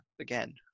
again